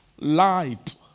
light